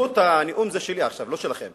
זכות הנאום היא שלי עכשיו, לא שלכם.